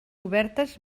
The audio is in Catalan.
obertes